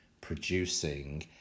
producing